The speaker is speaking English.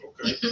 okay